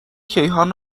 کیهان